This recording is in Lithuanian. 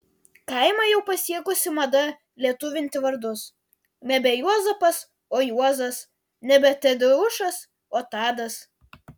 kaimą jau pasiekusi mada lietuvinti vardus nebe juozapas o juozas nebe tadeušas o tadas